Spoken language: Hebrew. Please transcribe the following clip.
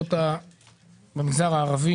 לרשויות במגזר הערבי